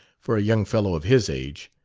for a young fellow of his age.